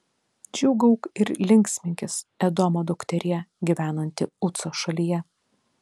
džiūgauk ir linksminkis edomo dukterie gyvenanti uco šalyje